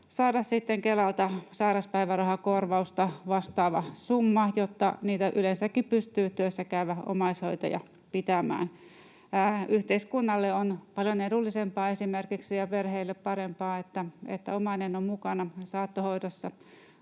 saada sitten Kelalta sairauspäivärahakorvausta vastaava summa, jotta niitä yleensäkin pystyy työssäkäyvä omaishoitaja pitämään. Yhteiskunnalle on paljon edullisempaa esimerkiksi ja perheille parempaa, että omainen on mukana saattohoidossa